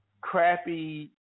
crappy